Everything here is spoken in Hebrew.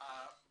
דיון